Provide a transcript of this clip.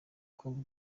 congo